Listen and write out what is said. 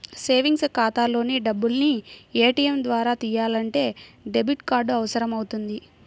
savings ఖాతాలోని డబ్బుల్ని ATM ద్వారా తియ్యాలంటే డెబిట్ కార్డు అవసరమవుతుంది